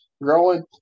growing